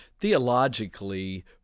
theologically